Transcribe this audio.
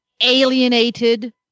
alienated